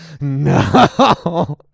no